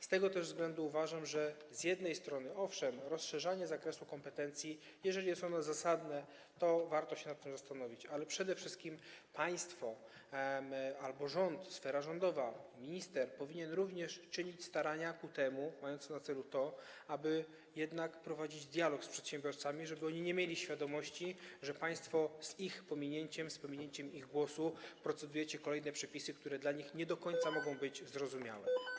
Z tego też względu uważam, że z jednej strony, owszem, jeżeli rozszerzanie zakresu kompetencji jest zasadne, to warto się nad tym zastanowić, ale przede wszystkim państwo, rząd, sfera rządowa, minister, powinniście również czynić starania mające na celu to, aby jednak prowadzić dialog z przedsiębiorcami, żeby oni nie mieli świadomości, że państwo z ich pominięciem, z pominięciem ich głosu procedujecie nad kolejnymi przepisami, które dla nich mogą być nie do końca zrozumiałe.